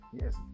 Yes